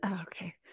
Okay